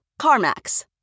CarMax